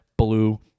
blue